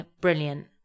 brilliant